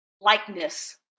likeness